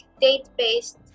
date-based